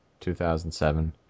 2007